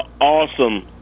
awesome